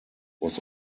was